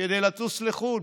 כדי לטוס לחו"ל.